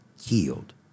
healed